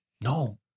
No